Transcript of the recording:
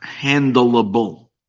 handleable